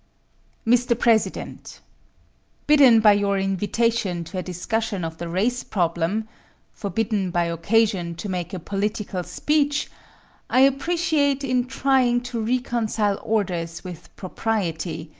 mr. president bidden by your invitation to a discussion of the race problem forbidden by occasion to make a political speech i appreciate, in trying to reconcile orders with propriety,